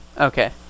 Okay